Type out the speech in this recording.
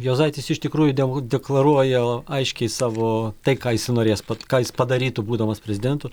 juozaitis iš tikrųjų de deklaruoja aiškiai savo tai ką jis norės ką jis padarytų būdamas prezidentu